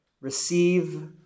receive